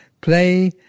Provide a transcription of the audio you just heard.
Play